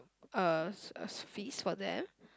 uh a feast for them